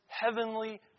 heavenly